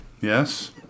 Yes